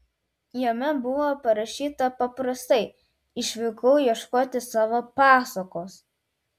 jame buvo parašyta paprastai išvykau ieškoti savo pasakos